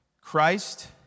Christ